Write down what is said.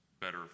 better